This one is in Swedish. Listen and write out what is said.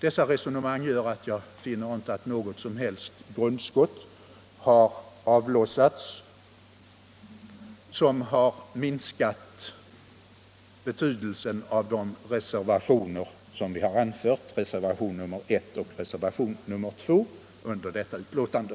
Jag finner alltså att det inte har avlossats något som helst grundskott som har minskat betydelsen av reservationerna I och 2, som vi har fogat till förevarande utskottsbetänkande.